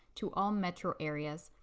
to all metro areas.